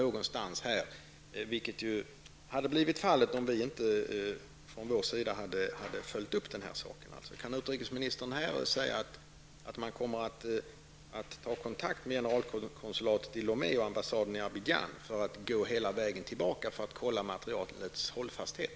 Det hade ju blivit fallet om inte vi hade följt upp detta från vår sida. Kan utrikesministern här säga att man kommer att ta kontakt med generalkonsulatet i Lomé och ambassaden i Abidjan för att gå hela vägen tillbaka för att kontrollera materialets hållfasthet?